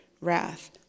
wrath